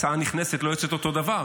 הצעה נכנסת ולא יוצאת אותו דבר,